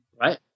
right